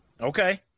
Okay